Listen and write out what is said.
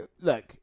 look